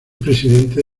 presidente